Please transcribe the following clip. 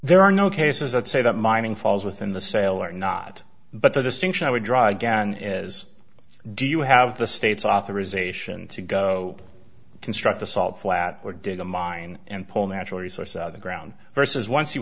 there are no cases that say that mining falls within the sale or not but the distinction i would draw again is do you have the state's authorization to go construct the salt flat or did the mine and pull natural resources out the ground versus once you